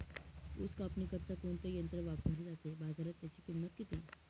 ऊस कापणीकरिता कोणते यंत्र वापरले जाते? बाजारात त्याची किंमत किती?